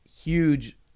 huge